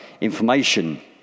information